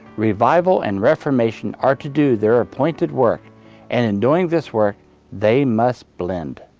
revival and reformation are to do their appointed work, and in doing this work they must blend.